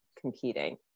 competing